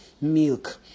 milk